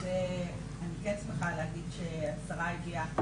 אז אני כן שמחה להגיד שהשרה הביאה,